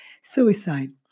suicide